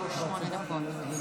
שהוא שמונה דקות.